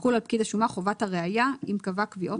תחול על פקיד השומה חובת הראייה אם קבע קביעות